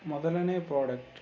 ಮೊದಲನೇ ಪ್ರಾಡಕ್ಟ್